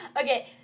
Okay